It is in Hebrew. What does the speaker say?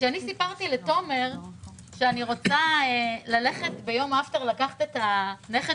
כשסיפרתי לתומר שאני רוצה ביום אפטר לקחת את הנכד